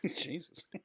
Jesus